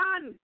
done